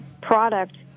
product